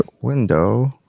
window